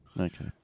Okay